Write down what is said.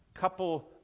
couple